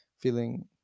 feeling